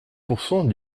pourcent